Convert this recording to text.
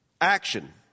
action